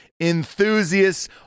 enthusiasts